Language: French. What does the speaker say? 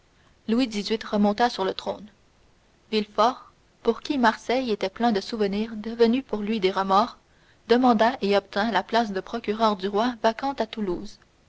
louis xviii remonta sur le trône villefort pour qui marseille était plein de souvenirs devenus pour lui des remords demanda et obtint la place de procureur du roi vacante à toulouse